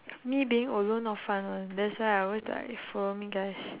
me being alone not fun one that's why I always like follow me guys